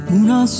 una